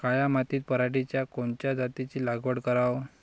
काळ्या मातीत पराटीच्या कोनच्या जातीची लागवड कराव?